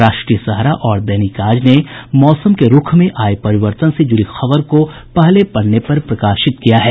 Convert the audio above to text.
राष्ट्रीय सहारा और दैनिक आज ने मौसम के रूख में आये परिवर्तन से जुड़ी खबर को पहले पन्ने पर प्रकाशित किया है